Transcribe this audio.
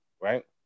right